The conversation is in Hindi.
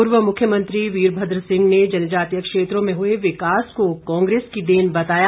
पूर्व मुख्यमंत्री वीरभद्र सिंह ने जनजातीय क्षेत्रों में हुए विकास को कांग्रेस की देन बताया